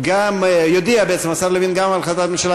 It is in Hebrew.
בעצם יודיע השר לוין גם על החלטת הממשלה